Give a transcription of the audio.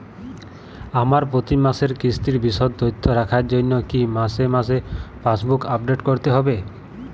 আমার প্রতি মাসের কিস্তির বিশদ তথ্য রাখার জন্য কি মাসে মাসে পাসবুক আপডেট করতে হবে?